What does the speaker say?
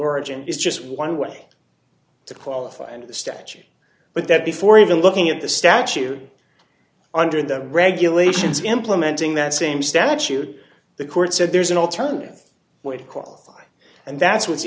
origin is just one way to qualify under the statute but that before even looking at the statute under the regulations implementing that same statute the court said there's an alternative way to call and that's what